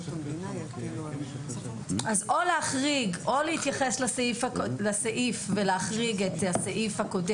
או להתייחס לסעיף ולהחריג את הסעיף הקודם,